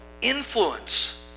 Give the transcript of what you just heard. influence